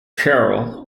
carol